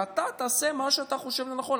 ואתה תעשה מה שאתה חושב לנכון.